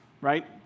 Right